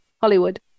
Hollywood